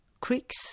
creeks